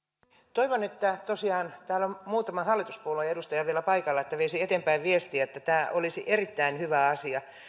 toivon tosiaan kun täällä on muutama hallituspuolueen edustaja vielä paikalla että he veisivät eteenpäin viestiä että tämä olisi erittäin hyvä asia